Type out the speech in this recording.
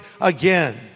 again